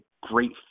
great